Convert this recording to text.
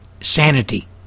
sanity